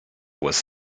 was